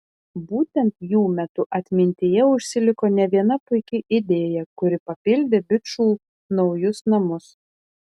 būtent jų metu atmintyje užsiliko ne viena puiki idėja kuri papildė bičų naujus namus